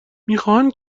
میخواهند